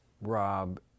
Rob